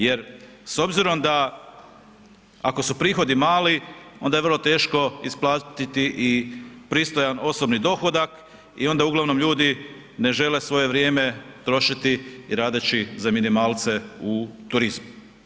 Jer s obzirom da, ako su prihodi mali, onda je vrlo teško isplatiti i pristojan osobni dohodak i onda uglavnom ljudi ne žele svoje vrijeme trošiti radeći za minimalce u turizmu.